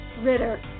Ritter